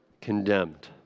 Condemned